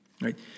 right